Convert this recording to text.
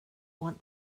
want